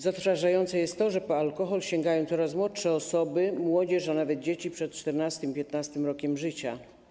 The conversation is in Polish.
Zatrważające jest to, że po alkohol sięgają coraz młodsze osoby, młodzież, a nawet dzieci przed 14, 15 rokiem życia.